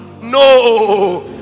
No